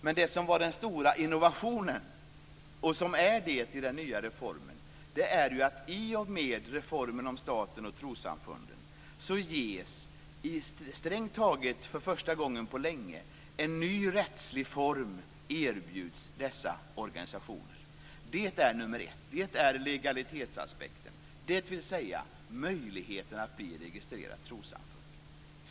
Men den stora innovationen i reformen är att i och med reformen om staten och trossamfunden ges för första gången på länge dessa organisationer en ny rättslig form. Det är legalitetsaspekten, dvs. möjligheten att bli registrerat trossamfund.